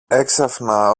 έξαφνα